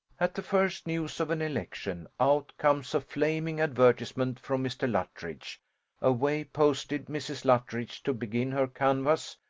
at the first news of an election, out comes a flaming advertisement from mr. luttridge away posted mrs. luttridge to begin her canvass,